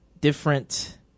different